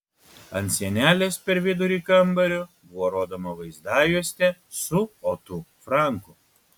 ant sienelės per vidurį kambario buvo rodoma vaizdajuostė su otu franku